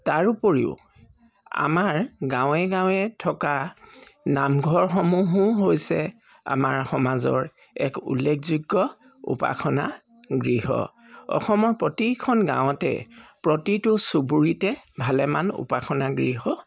তাৰোপৰিও আমাৰ গাঁৱে গাঁৱে থকা নামঘৰসমূহো হৈছে আমাৰ সমাজৰ এক উল্লেখযোগ্য উপাসনা গৃহ অসমৰ প্ৰতিখন গাঁৱতে প্ৰতিটো চুবুৰীতে ভালেমান উপাসনা গৃহ